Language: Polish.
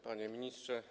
Panie Ministrze!